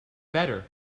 better